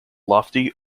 lofty